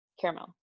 caramel